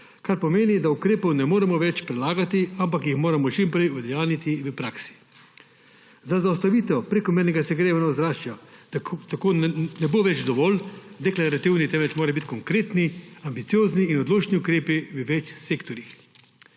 kar pomeni, da ukrepov ne moremo več prelagati, ampak jih moramo čim prej udejanjiti v praksi. Za zaustavitev prekomernega segrevanja ozračja tako ne bodo več dovolj deklarativni ukrepi, temveč morajo biti konkretni, ambiciozni in odločni ukrepi v več sektorjih.